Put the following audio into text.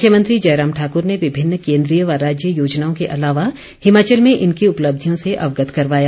मुख्यमंत्री जयराम ठाकुर ने विभिन्न केंद्रीय व राज्य योजनाओं के अलावा हिमाचल में इनकी उपलब्धियों से अवगत करवाया